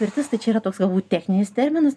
pirtis tai čia yra toks techninis terminas